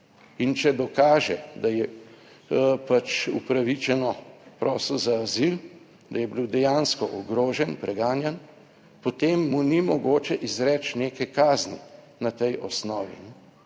in če dokaže, da je pač upravičeno prosil za azil, da je bil dejansko ogrožen, preganjan, potem mu ni mogoče izreči neke kazni na tej osnovi.